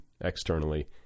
externally